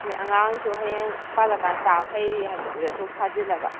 ꯍꯣꯏ ꯑꯉꯥꯡꯅꯁꯨ ꯍꯌꯦꯡ ꯄꯥꯜꯂꯛ ꯀꯥꯟꯗ ꯆꯥꯕ ꯐꯩ ꯍꯥꯏꯕꯗꯨꯗ ꯊꯣꯛ ꯊꯥꯖꯤꯜꯂꯕ